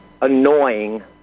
annoying